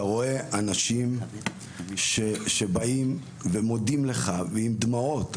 אתה רואה אנשים שבאים ומודים לך ועם דמעות,